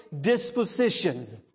disposition